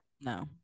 No